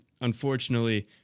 unfortunately